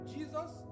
Jesus